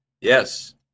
Yes